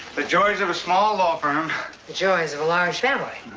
the joys of a small law firm. the joys of a large family.